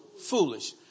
foolish